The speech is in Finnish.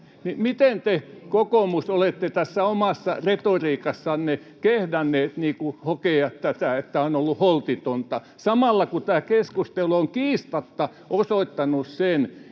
Miten te, kokoomus, olette tässä omassa retoriikassanne kehdanneet hokea tätä, että on ollut holtitonta, samalla kun tämä keskustelu on kiistatta osoittanut sen,